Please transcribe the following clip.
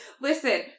Listen